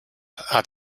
hat